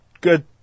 good